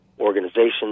organizations